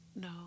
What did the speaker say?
no